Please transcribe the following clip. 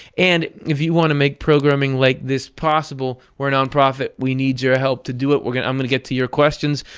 and if you want to make programming like this possible, we're a non-profit. we need your help to do it. we're going to. i'm going to get to your questions,